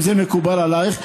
אם זה מקובל עלייך,